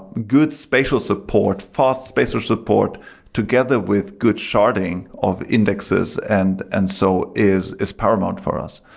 good spatial support, fast spatial support together with good sharding of indexes and and so is is paramount for us.